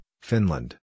Finland